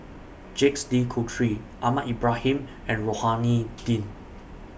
Jacques De Coutre Ahmad Ibrahim and Rohani Din